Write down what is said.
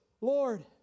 Lord